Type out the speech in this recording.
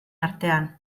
artean